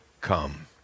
come